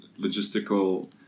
logistical